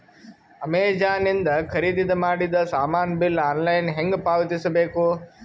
Amazon ಇಂದ ಖರೀದಿದ ಮಾಡಿದ ಸಾಮಾನ ಬಿಲ್ ಆನ್ಲೈನ್ ಹೆಂಗ್ ಪಾವತಿಸ ಬೇಕು?